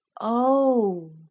Oh